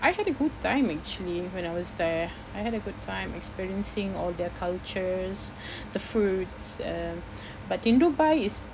I had a good time actually when I was there I had a good time experiencing all their cultures the foods uh but in Dubai it's